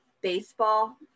baseball